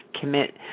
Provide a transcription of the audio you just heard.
commit